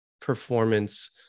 performance